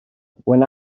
when